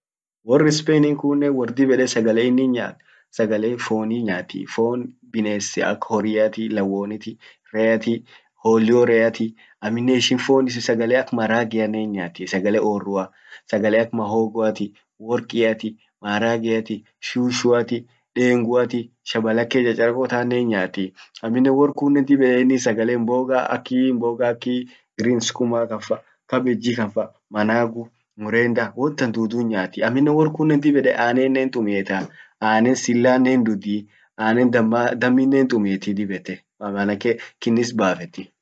Wor Spainin kunnen wor dib ede sagale inin nyaat sagale foni nyaati, fon bines ak horriati, lawwoniti, reati, hollio reati ,amminen fon ak sagale ak marageane hin yaati, sagale orrua, sagale ak mahogoati, workiati, maharageati, shushuati, denguati, shabalake cchareko tanen hinyaati. amminen wor kun dib ede inin sagale mboga akii mboga akiigreens skuma kan fa, cabage kan fa, manavufa, mrenda won tan tutu hinyaati. amminen workunnen dib ede annenen hintumieta, annen silanen hindudhii, annen damma, damminen hintumieti dib ete maanake kinis bafeti.